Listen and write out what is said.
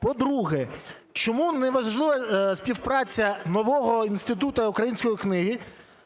По-друге, чому неможлива співпраця нового Інституту української книги